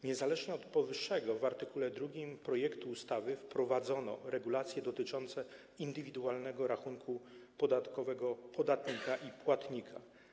Niezależnie od powyższego w art. 2 projektu ustawy wprowadzono regulacje dotyczące indywidualnego rachunku podatkowego podatnika i płatnika.